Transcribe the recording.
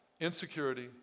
insecurity